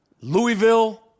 Louisville